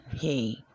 hey